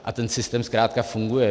A ten systém zkrátka funguje.